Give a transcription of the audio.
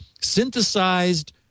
synthesized